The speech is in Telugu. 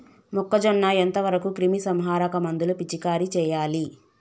మొక్కజొన్న ఎంత వరకు క్రిమిసంహారక మందులు పిచికారీ చేయాలి?